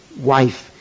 wife